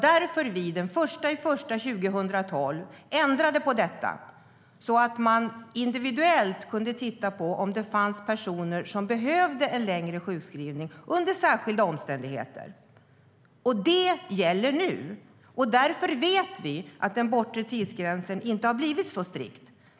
Därför ändrade vi på detta den 1 januari 2012 så att man individuellt kunde titta på om det fanns personer som behövde en längre sjukskrivning under särskilda omständigheter. Detta gäller nu, och därför vet vi att den bortre tidsgränsen inte har blivit så strikt.